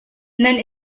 nan